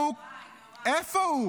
איפה הוא?